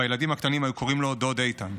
והילדים הקטנים היו קוראים לו דוד איתן.